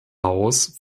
haus